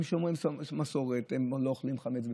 הם שומרי מסורת, הם לא אוכלים חמץ בפסח,